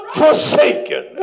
forsaken